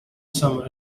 summer